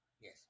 Yes